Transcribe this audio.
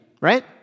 right